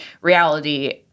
reality